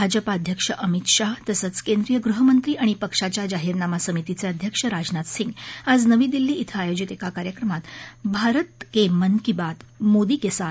भाजपा अध्यक्ष अमित शाह तसंच केंद्रीय गृहमंत्री आणि पक्षाच्या जाहीरनामा समितीचे अध्यक्ष राजनाथ सिंह आज नवी दिल्लीत आयोजित एका कार्यक्रमात भारत के मन की बात मोदी के साथ